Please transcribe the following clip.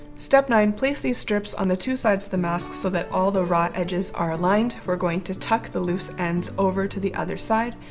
step nine. place these strips on the two sides of the mask so that all the raw edges are aligned we're going to tuck the loose ends over to the other side,